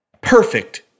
perfect